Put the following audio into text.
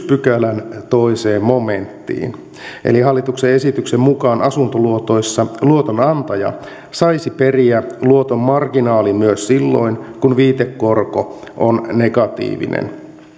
pykälän toiseen momenttiin eli hallituksen esityksen mukaan asuntoluotoissa luotonantaja saisi periä luoton marginaalin myös silloin kun viitekorko on negatiivinen